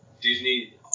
Disney